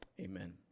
Amen